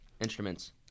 instruments